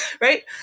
right